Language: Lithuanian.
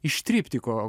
iš triptiko